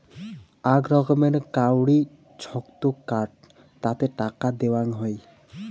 আক রকমের কাউরি ছক্ত কার্ড তাতে টাকা দেওয়াং হই